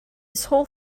whole